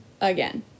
again